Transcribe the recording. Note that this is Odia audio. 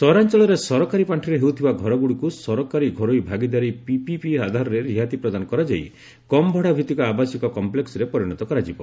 ସହରାଞ୍ଚଳରେ ସରକାରୀ ପାର୍ଷିରେ ହେଉଥିବା ସ୍କରଗୁଡ଼ିକୁ ସରକାରୀ ଘରୋଇ ଭାଗିଦାରୀ ପିପିପି ଆଧାରରେ ରିହାତି ପ୍ରଦାନ କରାଯାଇ କମ୍ ଭଡ଼ା ଭିତ୍ତିକ ଆବାସିକ କଂପ୍ଲେକ୍ନରେ ପରିଣତ କରାଯିବ